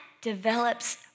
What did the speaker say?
develops